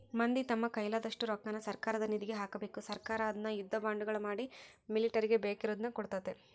ಮಂದಿ ತಮ್ಮ ಕೈಲಾದಷ್ಟು ರೊಕ್ಕನ ಸರ್ಕಾರದ ನಿಧಿಗೆ ಹಾಕಬೇಕು ಸರ್ಕಾರ ಅದ್ನ ಯುದ್ಧ ಬಾಂಡುಗಳ ಮಾಡಿ ಮಿಲಿಟರಿಗೆ ಬೇಕಿರುದ್ನ ಕೊಡ್ತತೆ